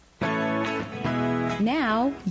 Now